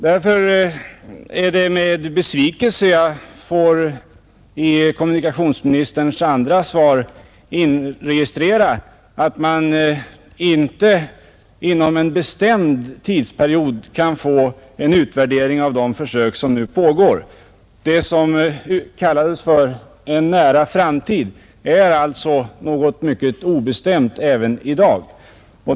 Därför är det med besvikelse jag i kommunikationsministerns andra svar inregistrerar att man inte inom en bestämd tidsperiod kan få en utvärdering av de försök som nu pågår. Det som kallades för ”en nära framtid” är alltså något mycket obestämt även i dag.